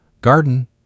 garden